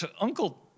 Uncle